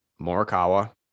morikawa